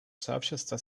сообщество